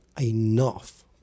Enough